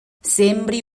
sembri